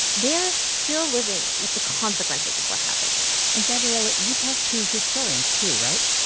they're still living with the consequences of what happened and, gabrielle, you talked to historians, too, right?